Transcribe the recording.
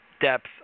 depth